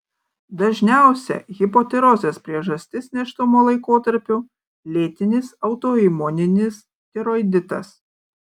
dažniausia hipotirozės priežastis nėštumo laikotarpiu lėtinis autoimuninis tiroiditas